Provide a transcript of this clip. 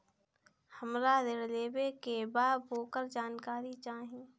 हमरा ऋण लेवे के बा वोकर जानकारी चाही